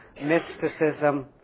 mysticism